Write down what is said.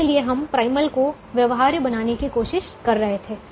इसलिए हम प्राइमल को व्यवहार्य बनाने की कोशिश कर रहे थे